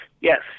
yes